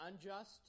unjust